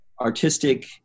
artistic